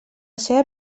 seva